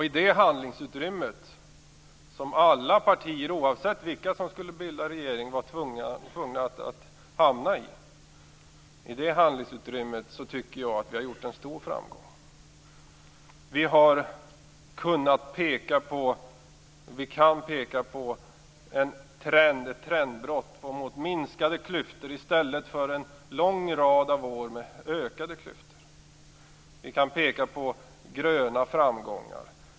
I det handlingsutrymme som alla partier, oavsett vilka som skulle bilda regering, var tvungna att hamna i tycker jag att vi har nått en stor framgång. Vi kan peka på ett trendbrott mot minskade klyftor i stället för, som under en lång rad av år, ökade klyftor. Vi kan peka på gröna framgångar.